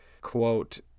quote